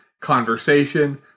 conversation